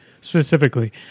specifically